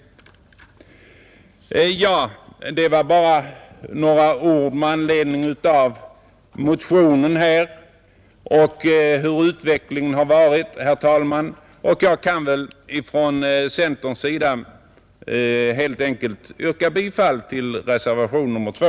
Ja, jag ville endast anföra några ord med anledning av motionen och av hur utvecklingen har varit, herr talman. Jag kan från centerns sida helt enkelt yrka bifall till reservationen 2.